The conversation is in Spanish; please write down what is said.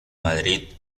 madrid